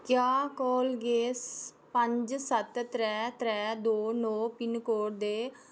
क्या कोल गै पंज सत्त त्रै त्रै दो नौ पिनकोड दे